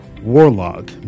Warlock